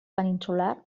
peninsular